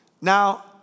Now